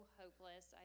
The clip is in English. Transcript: hopeless